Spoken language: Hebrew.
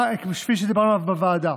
כפי שדיברנו עליו בוועדה.